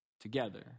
together